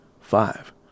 Five